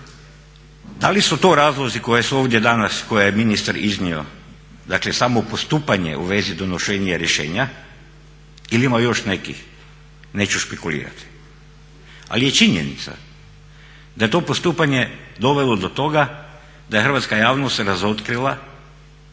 da li su to razlozi koje je ministar iznio dakle samo postupanje u vezi donošenja rješenja ili ima još nekih? Neću špekulirati. Ali je činjenica da je to postupanje dovelo do toga da je hrvatska javnost razotkrila